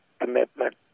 commitment